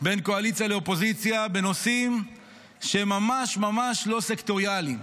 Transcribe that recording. בין קואליציה לאופוזיציה בנושאים ממש ממש לא סקטוריאליים.